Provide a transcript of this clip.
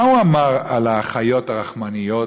מה הוא אמר על האחיות הרחמניות